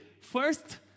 First